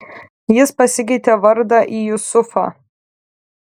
jis pasikeitė vardą į jusufą